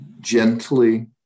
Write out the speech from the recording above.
gently